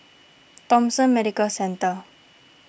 Thomson Medical Centre